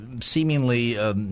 seemingly